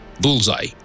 Bullseye